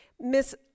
Miss